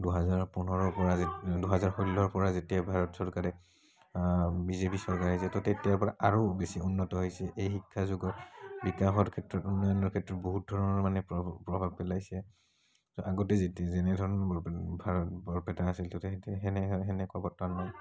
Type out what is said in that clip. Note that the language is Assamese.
দুহেজাৰ পোন্ধৰৰ পৰা দুহেজাৰ ষোল্লৰ পৰা যেতিয়া ভাৰত চৰকাৰে বিজেপি চৰকাৰে যিহেতু তেতিয়াৰ পৰা আৰু বেছি উন্নত হৈছে এই শিক্ষাৰ যুগত বিকাশৰ ক্ষেত্ৰত উন্নয়নৰ ক্ষেত্ৰত বহুত ধৰণৰ মানে প্ৰভা প্ৰভাৱ পেলাইছে ছ' আগতে যেতিয়া যেনেধৰণৰ বৰপেটা আছিল এতিয়া সেনেকুৱা বৰ্তমান নাই